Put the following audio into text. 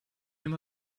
him